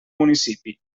municipi